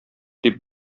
дип